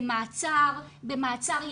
במעצר, במעצר ימים.